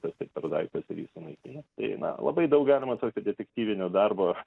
kas tai per daiktas ir jį sunaikina tai na labai daug galima tokio detektyvinio darbo